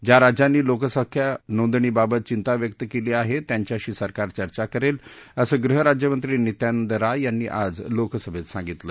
ज्या राज्यांनी लोकसंख्या नोंदणी बाबत चिंता व्यक्त केली आहे त्यांच्याशी सरकार चर्चा करेल असं गृहराज्यमंत्री नित्यानंद राय यांनी आज लोकसभेत सांगितलं